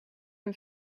een